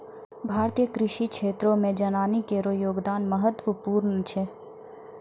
भारतीय कृषि क्षेत्रो मे जनानी केरो योगदान महत्वपूर्ण छै